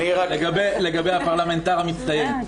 לגבי הפרלמנטר המצטיין.